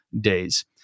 days